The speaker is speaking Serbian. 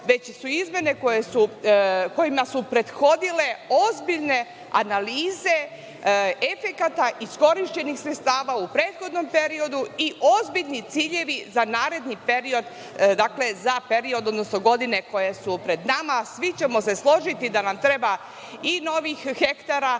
već su izmene kojima su prethodile ozbiljne analize efekata iskorišćenih sredstava u prethodnom periodu i ozbiljni ciljevi za naredni period, za godine koje su pred nama. Svi ćemo se složiti da nam trebaju novi hektari